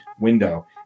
window